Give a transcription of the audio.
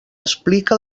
expliquen